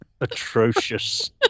atrocious